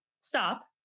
stop